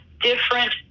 different